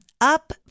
up